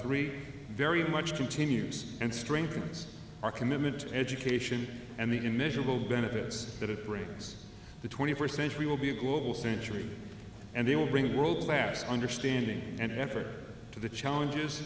three very much continues and strengthens our commitment to education and the immeasurable benefits that it brings the twenty first century will be a global century and they will bring world class understanding and effort to the challenges